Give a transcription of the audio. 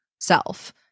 self